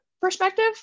perspective